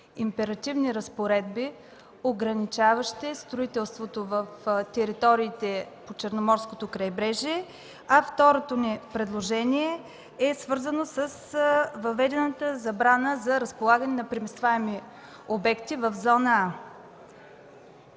императивни разпоредби, ограничаващи строителството в териториите по Черноморското крайбрежие. Второто ни предложение е свързано с въведената забрана за разполагане на преместваеми обекти в зона „А”.